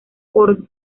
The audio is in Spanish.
por